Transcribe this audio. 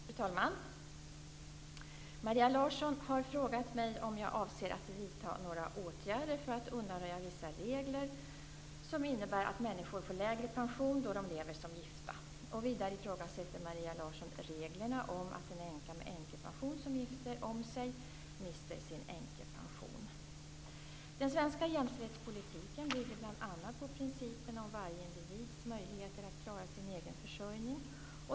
Fru talman! Maria Larsson har frågat mig om jag avser att vidta några åtgärder för att undanröja vissa regler som innebär att människor får lägre pension då de lever som gifta. Vidare ifrågasätter Maria Larsson reglerna om att en änka med änkepension som gifter om sig mister sin änkepension. Den svenska jämställdhetspolitiken bygger bl.a. på principen om varje individs möjligheter att klara sin egen försörjning.